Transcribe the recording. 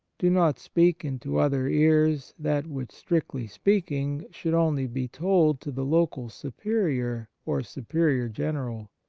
do not speak into other ears that which, strictly speaking, should only be told to the local superior or superior general.